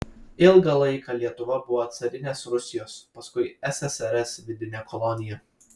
ilgą laiką lietuva buvo carinės rusijos paskui ssrs vidine kolonija